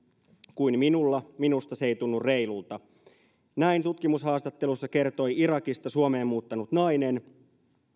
kuin minulla minusta se ei tunnu reilulta näin tutkimushaastattelussa kertoi irakista suomeen muuttanut nainen